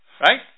Right